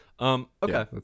Okay